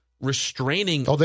restraining